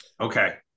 Okay